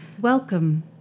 Welcome